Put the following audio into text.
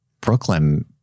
Brooklyn